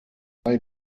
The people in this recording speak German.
bei